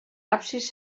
absis